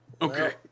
okay